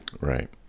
right